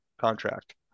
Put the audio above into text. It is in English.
contract